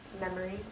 memory